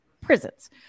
prisons